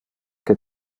que